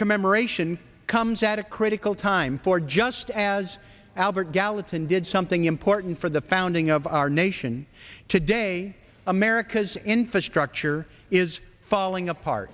commemoration comes at a critical time for just as albert gallatin did something important for the founding of our nation today america's infrastructure is falling apart